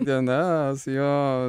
dienas jo